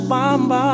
Bamba